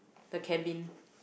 the cabin